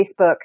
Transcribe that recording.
Facebook